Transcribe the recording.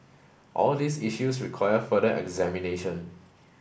all these issues require further examination